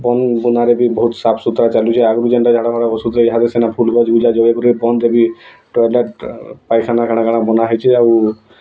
ବନ୍ ବନାରେ ବି ବହୁତ୍ ସାଫ୍ ସୁତରା ଚାଲୁଛେ ଆଗରୁ ଯେନ୍ତା ଝାଡ଼ାଫାଡ଼ା ବସୁଥିଲେ ଇୟାଡ଼େ ସିୟାଡ଼େ ପାଇଖାନା କାଣ କାଣ ବନା ହେଇଛି ଆଉ